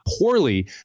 poorly